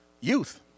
youth